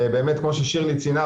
באמת כמו ששירלי ציינה,